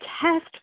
test